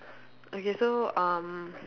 okay so um